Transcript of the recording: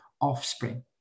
offspring